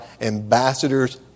ambassadors